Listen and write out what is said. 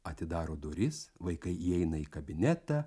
atidaro duris vaikai įeina į kabinetą